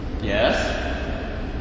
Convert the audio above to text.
Yes